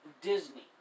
Disney